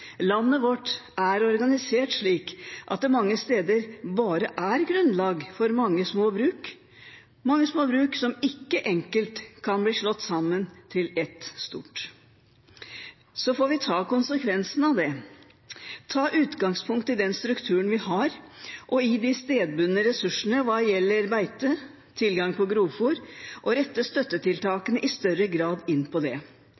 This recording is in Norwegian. Landet vårt er organisert slik at det mange steder bare er grunnlag for mange små bruk som ikke enkelt kan bli slått sammen til ett stort. Så får vi ta konsekvensen av det, ta utgangspunkt i den strukturen vi har, og i de stedbundne ressursene hva gjelder beite og tilgang på grovfôr, og rette støttetiltakene i større grad inn på det.